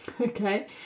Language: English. okay